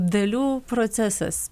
dalių procesas